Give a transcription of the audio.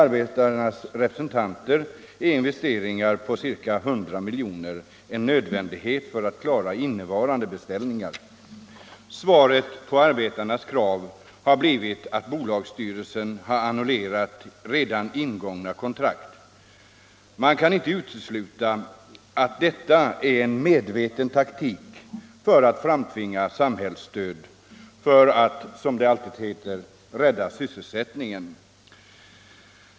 Arbetarnas representanter hävdar att investeringar på ca 100 miljoner är en nödvändighet för att klara inneliggande beställningar. Svaret på arbetarnas krav har blivit att bolagsstyrelsen har annullerat redan ingångna kontrakt. Man kan inte utesluta att detta är en medveten taktik i syfte att framtvinga samhällsstöd för att — som det alltid heter — rädda sysselsättningen.